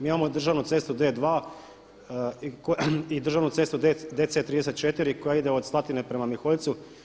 Mi imamo državnu cestu D2 i državnu cestu DC34 koja ide od Slatine prema Miholjcu.